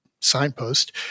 signpost